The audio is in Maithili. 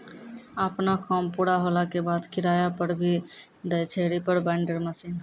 आपनो काम पूरा होला के बाद, किराया पर भी दै छै रीपर बाइंडर मशीन